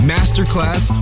Masterclass